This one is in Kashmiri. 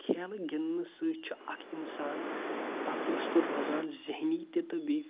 کھیلہٕ گنٛدنہٕ سۭتۍ چھُ اکھ انسان تندرست روزان ذہنی تہِ تہٕ بییٚہِ